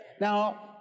Now